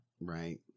Right